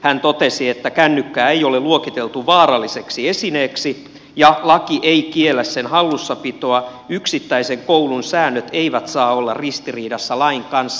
hän totesi että kännykkää ei ole luokiteltu vaaralliseksi esineeksi ja laki ei kiellä sen hallussapitoa yksittäisen koulun säännöt eivät saa olla ristiriidassa lain kanssa